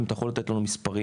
האם תוכל לתת לנו מספרים?